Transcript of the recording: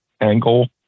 angle